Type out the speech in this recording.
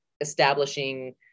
establishing